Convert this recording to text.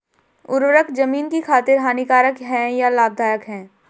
उर्वरक ज़मीन की खातिर हानिकारक है या लाभदायक है?